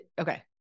Okay